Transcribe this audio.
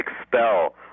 expel